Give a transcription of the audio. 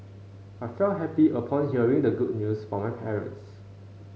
I felt happy upon hearing the good news from my parents